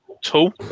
tool